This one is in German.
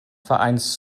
vereins